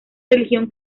religión